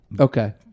Okay